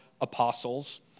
apostles